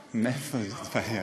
מאיפה זה בא עכשיו?